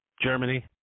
Germany